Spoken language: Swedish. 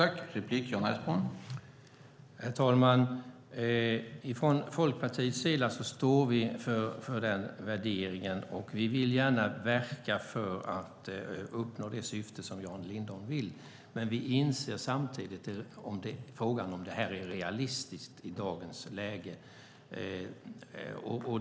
Herr talman! Från Folkpartiets sida står vi för den värderingen, och vi vill gärna verka för att uppnå det syfte som Jan Lindholm efterfrågar. Men vi inser samtidigt att vi måste fråga oss om det är realistiskt i dagens läge.